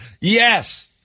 yes